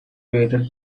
waited